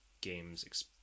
game's